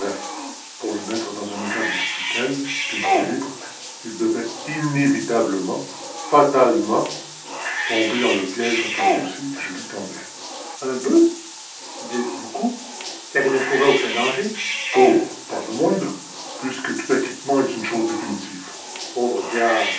pour le mettre dans un état d'esprit tel qu'une fois libre il devait inévitablement fatalement tomber dans le piège un peu grossier que je lui tendais un peu dites beaucoup car il ne courait aucun danger oh pas le moindre puisque tout acquittement est chose définitive pauvre diable